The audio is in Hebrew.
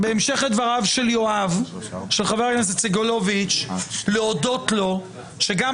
בהמשך לדבריו של חבר הכנסת סגלוביץ' להודות לו על כך שגם